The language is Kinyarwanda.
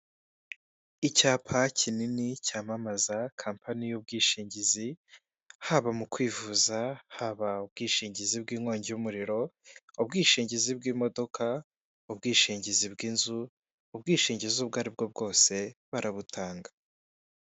Icyapa kinini cyamamaza kampani y'ubwishingizi, haba mu kwivuza, haba ubwishingizi bw'inkongi y'umuriro, ubwishingizi bw'imodoka, ubwishingizi bw'inzu, ubwishingizi ubwo aribwo bwose barabutanga.